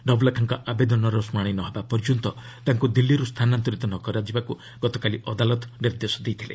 ନବଲ୍ଖାଙ୍କ ଆବେଦନର ଶୁଣାଣି ନ ହେବା ପର୍ଯ୍ୟନ୍ତ ତାଙ୍କୁ ଦିଲ୍ଲୀରୁ ସ୍ଥାନାନ୍ତରିତ ନ କରାଯିବାକୁ ଗତକାଲି ଅଦାଲତ ନିର୍ଦ୍ଦେଶ ଦେଇଥିଲେ